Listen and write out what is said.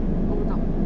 我不懂